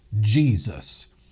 Jesus